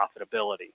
profitability